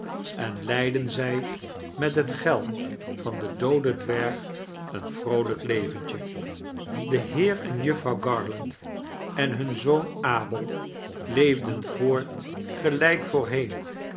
en leidden zij met het geld van den dooden dwerg een vroolijk leventje de heer en jufvrouw garland en hun zoon abel leefden voort gelijk voorheen